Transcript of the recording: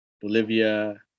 Bolivia